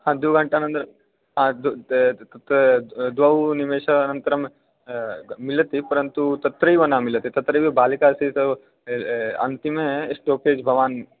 ह द्विघण्टानन्तरं हा तत् द्वौ निमेषानन्तरं मिलति परन्तु तत्रैव न मिलति तत्रैव बालिकासीत् अन्तिमे स्टोपेज् भवान्